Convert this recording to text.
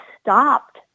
stopped